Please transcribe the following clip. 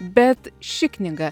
bet ši knyga